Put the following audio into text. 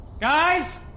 Guys